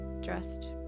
dressed